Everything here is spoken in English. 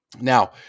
now